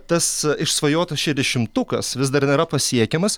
tas išsvajotas šešiasdešimtukas vis dar nėra pasiekiamas